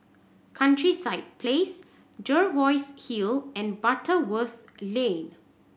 Countryside Place Jervois Hill and Butterworth Lane